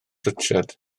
richard